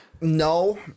no